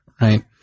right